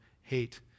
hate